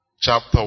Chapter